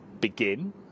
begin